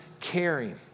caring